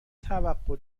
توقع